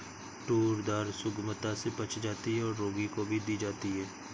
tour दाल सुगमता से पच जाती है और रोगी को भी दी जाती है